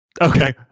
Okay